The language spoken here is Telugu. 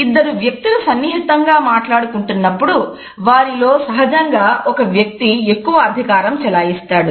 ఇద్దరు వ్యక్తులు సన్నిహితంగా మాట్లాడుకుంటున్నప్పుడు వారిలో సహజంగా ఒక వ్యక్తి ఎక్కువ అధికారం చెలాయిస్తాడు